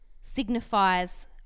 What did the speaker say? signifies